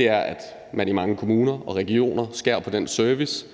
er, at man i mange kommuner og regioner skærer ned på den service,